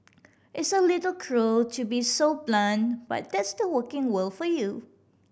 it's a little cruel to be so blunt but that's the working world for you